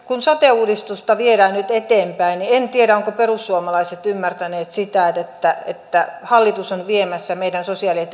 kun sote uudistusta viedään nyt eteenpäin niin en tiedä ovatko perussuomalaiset ymmärtäneet sitä että että hallitus on viemässä meidän sosiaali ja